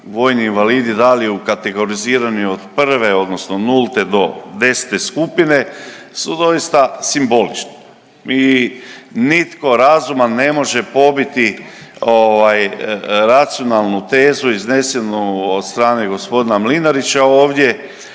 vojni invalidi dali kategorizirani od prve odnosno nulte do desete skupine su doista simbolično. Mi, nitko razuman ne može pobiti ovaj, racionalnu tezu iznesenu od strane g. Mlinarića ovdje,